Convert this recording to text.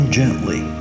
gently